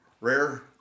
rare